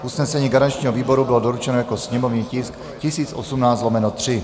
Usnesení garančního výboru bylo doručeno jako sněmovní tisk 1018/3.